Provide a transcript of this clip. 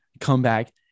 comeback